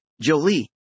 Jolie